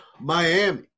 Miami